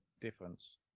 difference